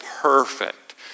perfect